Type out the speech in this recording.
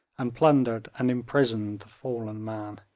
and plundered and imprisoned the fallen man.